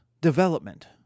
development